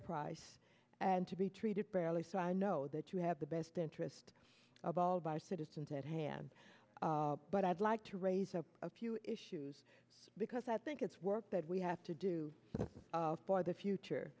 price and to be treated early so i know that you have the best interest of all of our citizens at hand but i'd like to raise a few issues because i think it's work that we have to do for the future